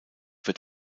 wird